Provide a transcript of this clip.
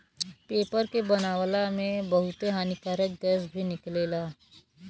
paper के बनावला में बहुते हानिकारक गैस भी निकलेला